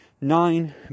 nine